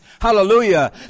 hallelujah